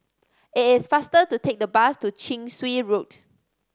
it is faster to take the bus to Chin Swee Road